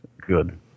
Good